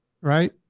right